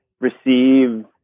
receive